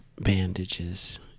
bandages